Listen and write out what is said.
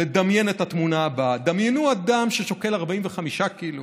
לדמיין את התמונה הבאה: דמיינו אדם ששוקל 45 קילו,